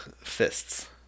fists